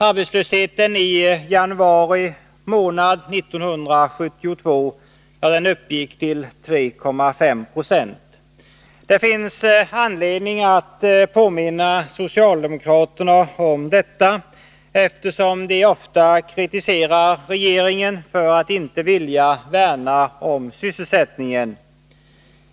Arbetslösheten i januari månad 1972 uppgick till 3,5 90. Det finns anledning att påminna socialdemokraterna om detta, eftersom de ofta kritiserar regeringen för att inte vilja värna om sysselsättningen.